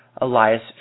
elias